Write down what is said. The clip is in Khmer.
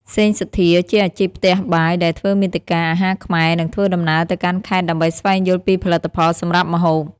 សេង សុធា ជាអាជីពផ្ទះបាយដែលធ្វើមាតិកា អាហារខ្មែរ និងធ្វើដំណើរទៅកាន់ខេត្តដើម្បីស្វែងយល់ពីផលិតផលសម្រាប់ម្ហូប។